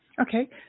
Okay